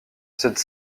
cette